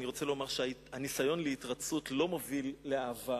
אני רוצה לומר שהניסיון להתרצוּת לא מוביל לאהבה,